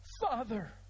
Father